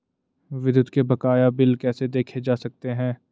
विद्युत के बकाया बिल कैसे देखे जा सकते हैं?